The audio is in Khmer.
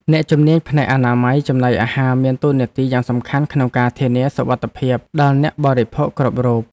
អ្នកជំនាញផ្នែកអនាម័យចំណីអាហារមានតួនាទីយ៉ាងសំខាន់ក្នុងការធានាសុវត្ថិភាពដល់អ្នកបរិភោគគ្រប់រូប។